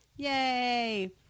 Yay